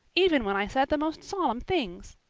even when i said the most solemn things.